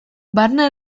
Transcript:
barne